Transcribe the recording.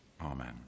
Amen